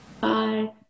Bye